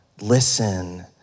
listen